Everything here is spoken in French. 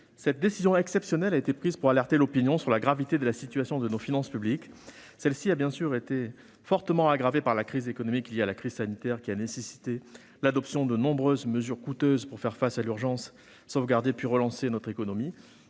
Cette décision exceptionnelle a été prise pour alerter l'opinion sur la gravité de la situation de nos finances publiques. Celle-ci a été, bien sûr, fortement aggravée par la crise économique liée à la crise sanitaire, qui a nécessité l'adoption de nombreuses mesures coûteuses pour faire face à l'urgence et sauvegarder, puis relancer, notre économie.